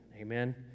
Amen